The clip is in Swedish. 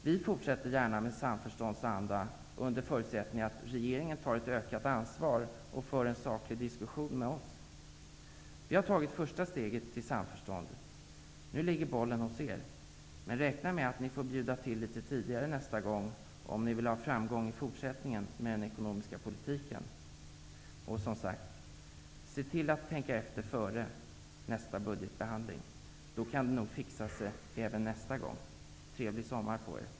Vi fortsätter gärna med samförståndsanda, under förutsättning att regeringen tar ett ökat ansvar och för en saklig diskussion med oss. Vi har tagit första steget till samförstånd. Nu ligger bollen hos er, men ni får räkna med att bjuda till litet tidigare nästa gång, om ni vill ha framgång i fortsättningen med den ekonomiska politiken. Som sagt: vid nästa budgetbehandling bör ni se till att tänka efter före.